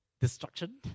destruction